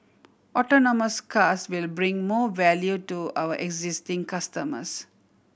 autonomous cars will bring more value to our existing customers